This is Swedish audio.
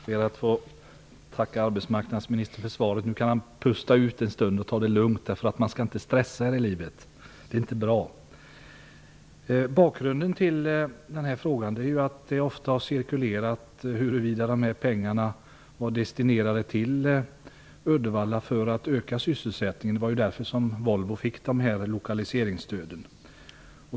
Herr talman! Jag ber att få tacka arbetsmarknadsministern för svaret. Nu kan han pusta ut en stund och ta det lugnt. Man skall inte stressa här i livet. Det är inte bra. Bakgrunden till frågan är att det ofta har cirkulerat frågor om huruvida dessa pengar var destinerade till Uddevalla för att öka sysselsättningen. Det var därför Volvo fick lokaliseringsstöd.